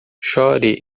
chore